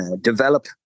develop